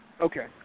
Okay